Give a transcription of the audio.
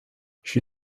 she